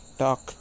talk